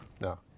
No